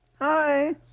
hi